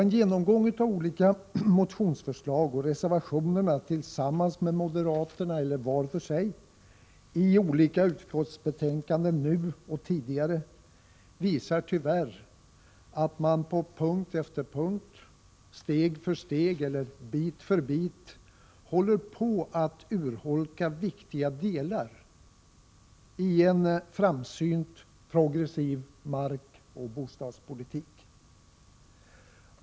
En genomgång av centerns och folkpartiets olika motionsförslag och av deras reservationer — tillsammans med moderaterna eller enskilt — i olika utskottsbetänkanden nu och tidigare visar tyvärr att man på punkt efter punkt, steg för steg och bit för bit håller på att urholka viktiga delar i en framsynt, progressiv markoch bostadspolitik.